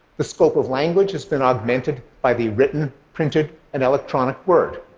the scope of language has been augmented by the written, printed and electronic word.